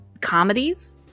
comedies